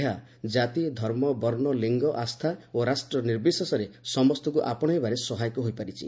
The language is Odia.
ଏହା ଜାତି ଧର୍ମ ବର୍ଣ୍ଣ ଲିଙ୍ଗ ଆସ୍ଥା ଓ ରାଷ୍ଟ୍ର ନିର୍ବିଶେଷରେ ସମସ୍ତଙ୍କୁ ଆପଣାଇବାରେ ସହାୟକ ହୋଇପାରିଛି